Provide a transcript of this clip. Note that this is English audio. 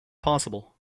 possible